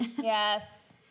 Yes